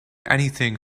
anything